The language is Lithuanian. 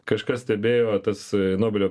kažkas stebėjo tas nobelio